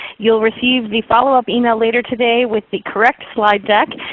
you'll received the follow-up email later today with the correct slide deck,